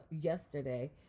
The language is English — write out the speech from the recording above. yesterday